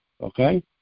Okay